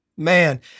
Man